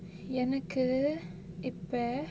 எனக்கு இப்ப:enakku ippa